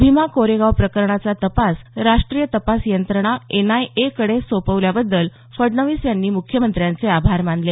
भीमा कोरेगाव प्रकरणाचा तपास राष्टीय तपास यंत्रणा एनआयएकडे सोपवल्याबद्दल फडणवीस यांनी मुख्यमंत्र्यांचे आभार मानले